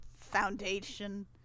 Foundation